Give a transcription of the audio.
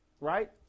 right